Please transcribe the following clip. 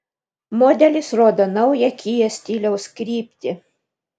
modelis rodo naują kia stiliaus kryptį